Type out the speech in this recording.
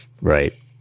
Right